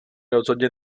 rozhodně